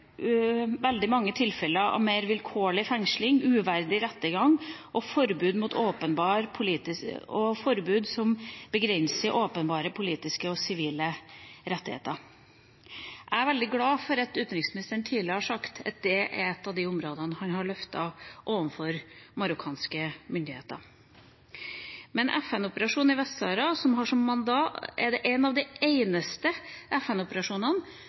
veldig mange tilfeller av mer vilkårlig fengsling, uverdig rettergang og forbud som begrenser åpenbare politiske og sivile rettigheter. Jeg er veldig glad for at utenriksministeren tidligere har sagt at dette er et av de områdene han har løftet fram overfor marokkanske myndigheter. Men FN-operasjonen i Vest-Sahara er en av de eneste FN-operasjonene der de som er